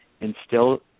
instill